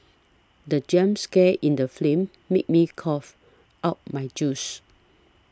the jump scare in the film made me cough out my juice